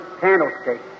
candlestick